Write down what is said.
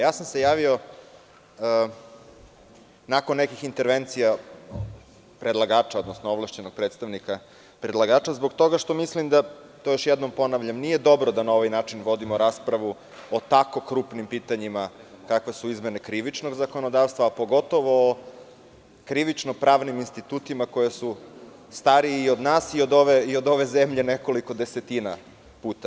Javio sam se nakon nekih intervencija predlagača, odnosno ovlašćenog predstavnika zbog toga što mislim, ponavljam, nije dobro da na ovaj način vodimo raspravu o tako krupnim pitanjima, kakve su izmene krivičnog zakonodavstva, a pogotovo krivično-pravnim institutima koji su stariji od nas i od ove zemlje nekoliko desetina puta.